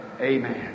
Amen